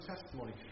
testimony